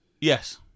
Yes